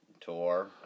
tour